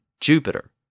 Jupiter